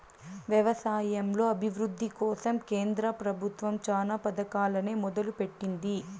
వ్యవసాయంలో అభివృద్ది కోసం కేంద్ర ప్రభుత్వం చానా పథకాలనే మొదలు పెట్టింది